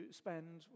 spend